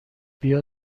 بیا